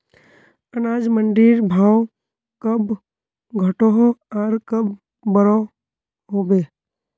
अनाज मंडीर भाव कब घटोहो आर कब बढ़ो होबे?